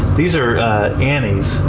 these are anis,